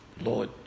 Lord